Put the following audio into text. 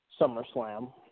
SummerSlam